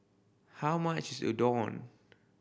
how much is Udon